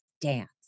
dance